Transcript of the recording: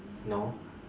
no